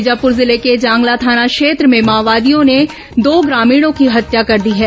बीजापुर जिले के जांगला थाना क्षेत्र में माओवादियों ने दो ग्रामीणों की हत्या कर दी है